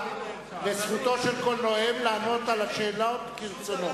וזכותו של כל נואם לענות על השאלות כרצונו.